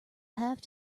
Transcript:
have